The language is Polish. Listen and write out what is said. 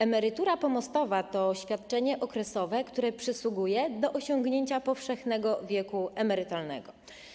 Emerytura pomostowa to świadczenie okresowe, które przysługuje do osiągnięcia powszechnego wieku emerytalnego.